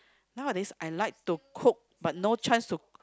nowadays I like to cook but no chance to